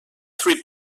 three